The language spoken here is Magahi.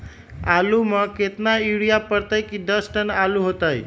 आलु म केतना यूरिया परतई की दस टन आलु होतई?